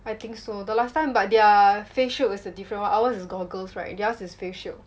I think so the last time but their face shield is a different [one] ours is goggles right theirs is face shield